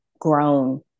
grown